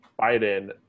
Biden